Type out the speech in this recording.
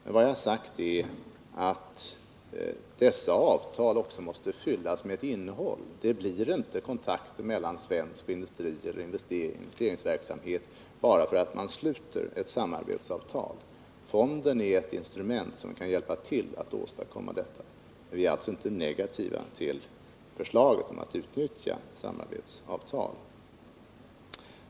Men vad jag sagt är att dessa avtal också måste fyllas med ett innehåll. Det blir inte kontakter med svensk industri eller investeringsverksamhet bara därför att man sluter ett samarbetsavtal. Fonden är ett instrument som kan hjälpa till att åstadkomma detta. Vi är alltså inte negativa till förslaget om att utnyttja samarbetsavtal.